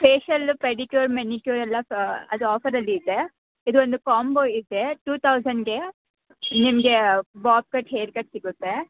facial pedicure manicure ಎಲ್ಲಾ ಅದು ಆಫರಲ್ಲಿದೆ ಇದೊಂದು ಕಾಂಬೋ ಇದೆ ಟು ತೌಸಂಡಿಗೆ ನಿಮಗೆ ಬಾಬ್ ಕಟ್ ಹೇರ್ ಕಟ್ ಸಿಗುತ್ತೆ